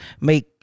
make